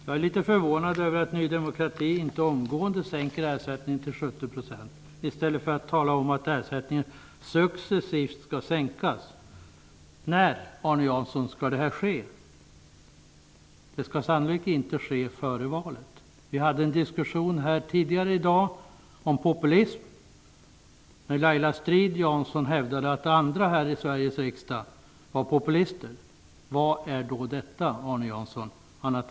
Jag är litet förvånad över att Ny demokrati inte omgående sänker ersättningen till 70 %, i stället för att tala om att ersättningen successivt skall sänkas. När skall detta ske, Arne Jansson? Det skall sannolikt inte ske före valet. Det fördes tidigare i dag en diskussion om populism, där Laila Strid-Jansson hävdade att andra här i Sveriges riksdag var populister. Vad är detta annat än populism, Arne Jansson?